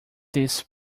this